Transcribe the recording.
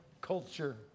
culture